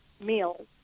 meals